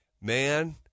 man